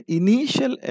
initial